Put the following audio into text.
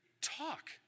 talk